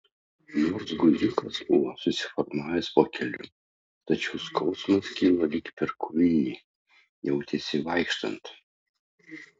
nors guziukas buvo susiformavęs po keliu tačiau skausmas kilo lyg per kulnį jautėsi vaikštant